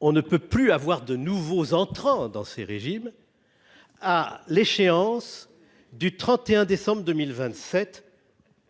on ne peut plus avoir de nouveaux entrants dans ces régimes. À l'échéance du 31 décembre 2027